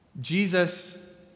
Jesus